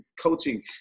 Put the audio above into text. coaching